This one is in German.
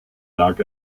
lag